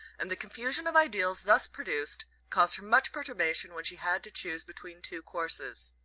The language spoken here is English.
and the confusion of ideals thus produced caused her much perturbation when she had to choose between two courses.